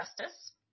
justice